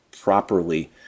properly